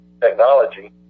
technology